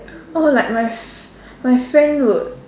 oh like my f~ my friend would